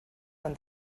van